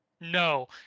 No